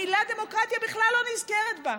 המילה "דמוקרטיה" בכלל לא נזכרת בה,